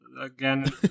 again